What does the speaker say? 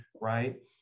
right